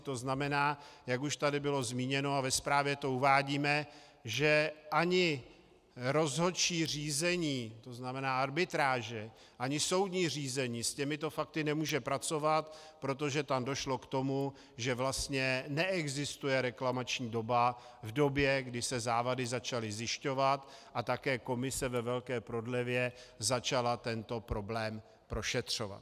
To znamená, jak už tady bylo zmíněno a ve zprávě to uvádíme, že ani rozhodčí řízení, to znamená arbitráže, ani soudní řízení s těmito fakty nemůže pracovat, protože tam došlo k tomu, že vlastně neexistuje reklamační doba v době, kdy se závady začaly zjišťovat a také komise ve velké prodlevě začala tento problém prošetřovat.